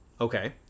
Okay